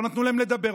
לא נתנו להם לדבר,